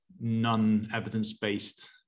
non-evidence-based